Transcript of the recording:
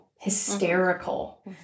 hysterical